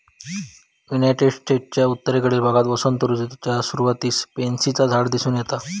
United स्टेट्सच्या उत्तरेकडील भागात वसंत ऋतूच्या सुरुवातीक पॅन्सीचा झाड दिसून येता